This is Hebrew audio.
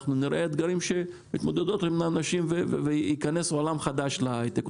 אנחנו נראה אתגרים שמתמודדות הנשים וייכנס עולם חדש להייטק.